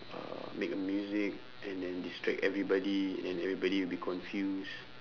uh make a music and then distract everybody and then everybody will be confused